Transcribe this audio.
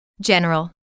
General